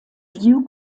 view